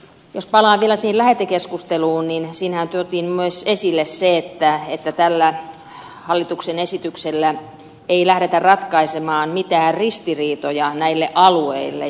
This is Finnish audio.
jos palaan vielä lähetekeskusteluun niin siinähän tuotiin myös esille se että tällä hallituksen esityksellä ei lähdetä ratkaisemaan mitään ristiriitoja näille alueille